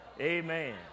Amen